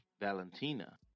valentina